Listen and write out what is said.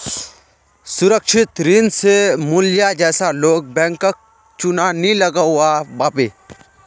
सुरक्षित ऋण स माल्या जैसा लोग बैंकक चुना नी लगव्वा पाबे